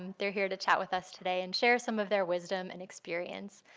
um they're here to chat with us today and share some of their wisdom and experience.